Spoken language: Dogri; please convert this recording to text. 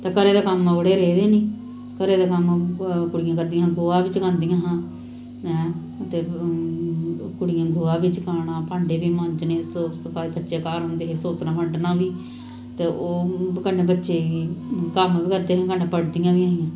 ते घरे दे कम्म ओह्कड़े रेह्दे नेईं घरे दे कम्म कुड़ियां करदियां हां गोहा बी चकांदियां हां है ते कुड़ियां गोहा बा चकाना भांडे बी मांजने साफ सफाई कच्चे घर होंदे हे सोतना फंडना बी ते बच्चे कन्नै कम्म बी करदे हे कन्नै पढ़दियां बी हियां